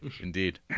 indeed